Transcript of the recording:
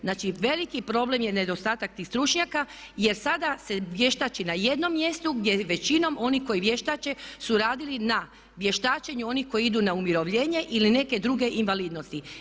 Znači, veliki problem je nedostatak tih stručnjaka jer sada se vještači na jednom mjestu gdje većinom oni koji vještače su radili na vještačenju onih koji idu na umirovljenje ili neke druge invalidnosti.